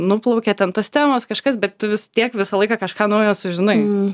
nuplaukė ten tos temos kažkas bet tu vis tiek visą laiką kažką naujo sužinai